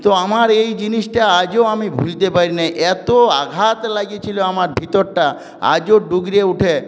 তো আমার এই জিনিসটা আজও আমি ভুলতে পারি না এতো আঘাত লাগেছিলো আমার ভিতরটা আজও ডুগরে উঠে